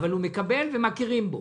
אבל הוא מקבל ומכירים בו.